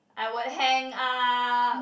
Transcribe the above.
I would hang up